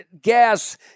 gas